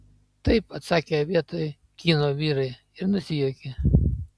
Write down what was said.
taip atsakė vietoj kyno vyrai ir nusijuokė